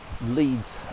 leads